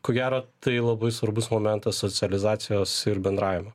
ko gero tai labai svarbus momentas socializacijos ir bendravimo